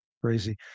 crazy